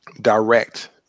direct